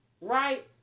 Right